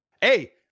Hey